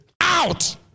Out